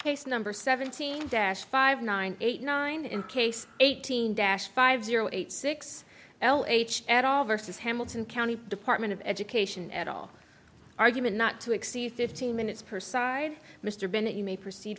case number seventeen dash five nine eight nine in case eighteen dash five zero eight six l h at all versus hamilton county department of education at all argument not to exceed fifteen minutes per side mr bennett you may proceed